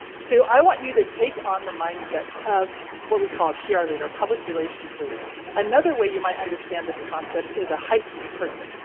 so i want you to take on the mindset of what we call a pr leader. public relations lead another way you might understand this concept is a high person.